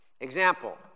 Example